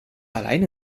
alleine